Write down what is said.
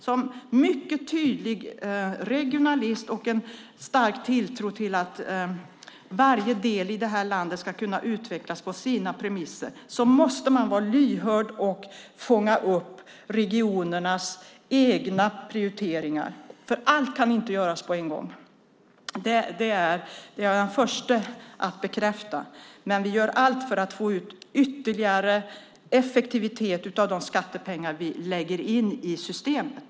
Som mycket tydlig regionalist med stark tilltro till att varje del i landet kan utvecklas på sina premisser måste man vara lyhörd och fånga upp regionernas egna prioriteringar. Allt kan nämligen inte göras på en gång; det är jag den första att bekräfta. Vi gör dock allt för att få ut ytterligare effektivitet av de skattepengar vi lägger in i systemet.